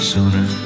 Sooner